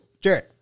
Jared